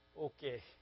okay